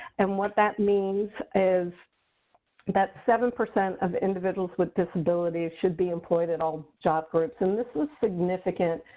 and what that means is that seven percent of individuals with disabilities should be employed at all job groups. and this is significant,